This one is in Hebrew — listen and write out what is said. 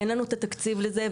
אין לנו את התקציב לזה,